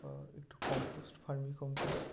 আর একটু compost vermicompost